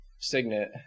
Signet